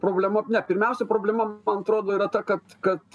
problema ne pirmiausia problema man atrodo yra ta kad kad